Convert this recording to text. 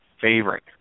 favorite